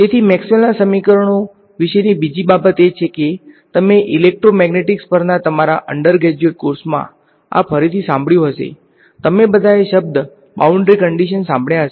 તેથી મેક્સવેલના સમીકરણો વિશેની બીજી બાબત એ છે કે તમે ઇલેક્ટ્રોમેગ્નેટિકસ પરના તમારા અંડરગ્રેજ્યુએટ કોર્સમાં આ ફરીથી સાંભળ્યું હશે તમે બધાએ શબ્દ બાઉંડ્રી કન્ડીશન્સ સાંભળ્યા છે